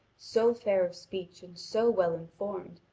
so fair of speech and so well informed,